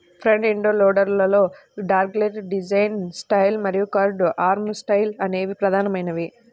front end loader లలో dogleg design style మరియు curved arm style అనేవి ప్రధానమైనవి